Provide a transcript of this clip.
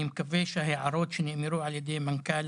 אני מקווה שההערות שנאמרו על ידי מנכ"ל